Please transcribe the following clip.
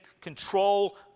control